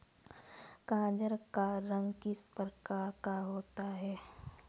गाजर का रंग किस प्रकार का होता है?